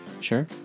Sure